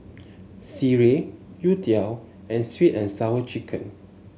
Sireh Youtiao and sweet and Sour Chicken